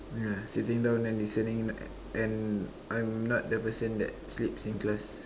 yeah sitting down then listening and I'm not the person that sleeps in class